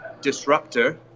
disruptor